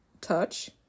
touch